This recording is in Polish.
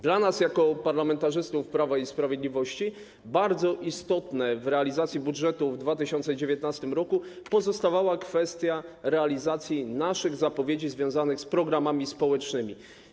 Dla nas jako parlamentarzystów Prawa i Sprawiedliwości bardzo istotna w realizacji budżetu w 2019 r. pozostawała kwestia realizacji naszych zapowiedzi związanych w programami społecznymi.